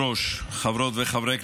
אידיאולוגיה, לא לפי זהות, זה חזר על עצמו.